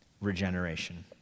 regeneration